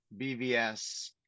BVS